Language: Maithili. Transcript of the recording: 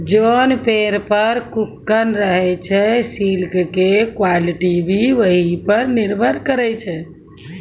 जोन पेड़ पर ककून रहै छे सिल्क के क्वालिटी भी वही पर निर्भर करै छै